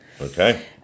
Okay